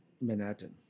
Manhattan